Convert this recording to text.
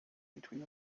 between